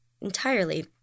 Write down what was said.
entirely